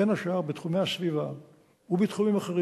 בין השאר בתחומי הסביבה ובתחומים אחרים,